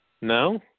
No